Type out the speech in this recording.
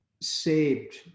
saved